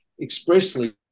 expressly